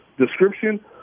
description